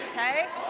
hey,